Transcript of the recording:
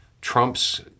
Trump's